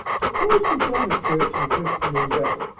suppose we go to church and christian endeavor.